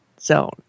zone